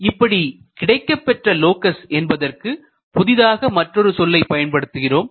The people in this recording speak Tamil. இப்படி கிடைக்கப்பெற்ற லோக்கஸ் என்பதற்கு புதிதாக மற்றொரு சொல்லைப் பயன்படுத்துகிறோம்